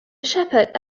shepherd